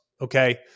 okay